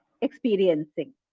experiencing